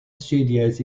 studios